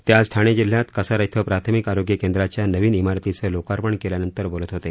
ते आज ठाणे जिल्ह्यात कसारा क्वें प्राथमिक आरोग्य केंद्राच्या नविन मारतीचं लोकार्पण केल्यानंतर बोलत होते